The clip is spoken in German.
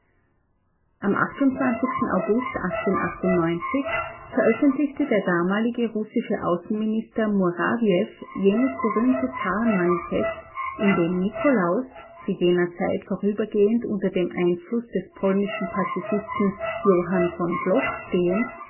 am august veröffentlichte der damalige russische außenminister murawiew jenes berühmte zarenmanifest in dem nikolaus zu jener zeit vorübergehend unter dem einfluß des polnischen pazifisten johann v bloch stehend